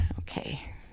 Okay